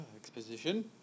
exposition